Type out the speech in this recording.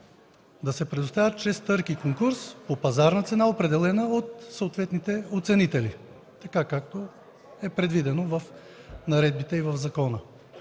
да се предостави чрез търг и конкурс, по пазарна цена, определена от съответните оценители, така както е предвидено в наредбите и в закона.